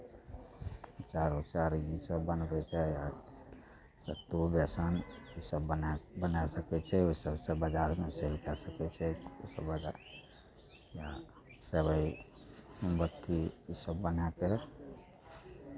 अँचार उँचार इसभ बनबैके सत्तू बेसन इसभ बनाए बनाए सकै छै ओहि सभसँ बजारमे सलीकासे बेचै ओकरा या सेवइ मोमबत्ती इसभ बना कऽ